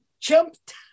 jumped